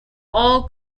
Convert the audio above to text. all